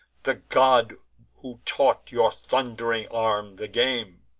the god who taught your thund'ring arm the game?